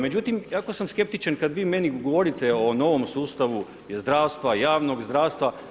Međutim, jako sam skeptičan kad vi meni govorite o novom sustavu zdravstva, javnog zdravstva.